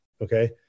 Okay